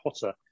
Potter